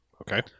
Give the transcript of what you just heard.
Okay